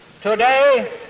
Today